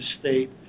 state